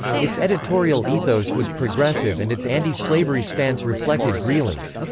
its editorial ethos was progressive and its anti-slavery stance reflected greeley's.